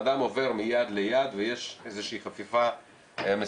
אדם עובר מיד ליד ויש איזה שהיא חפיפה מסודרת.